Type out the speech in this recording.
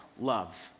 love